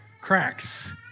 cracks